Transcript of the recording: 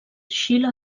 xile